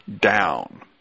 Down